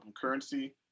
Currency